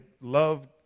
Love